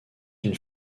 une